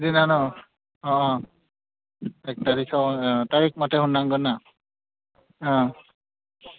जि राङाव अ अ एक थारिखाव आङो थारिख मथे होनांगोन ना अ